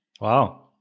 Wow